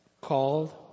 Called